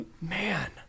Man